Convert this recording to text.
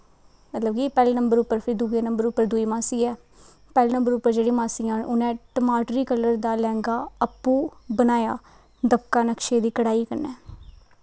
मतलब कि पैह्ले नंबर उप्पर फिर दुए नंबर उप्पर दुई मासी ऐ पैह्ले नंबर उप्पर जेह्की मासी न उ'नें टमाटरी कल्लर दा लैंह्गा आपूं बनाया दपका नकशे दी कड़ाही कन्नै